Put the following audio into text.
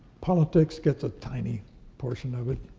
politics gets a tiny portion of it,